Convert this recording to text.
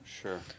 Sure